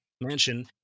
Mansion